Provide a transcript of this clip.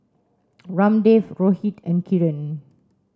Ramdev Rohit and Kiran